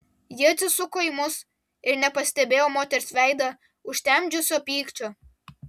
ji atsisuko į mus ir nepastebėjo moters veidą užtemdžiusio pykčio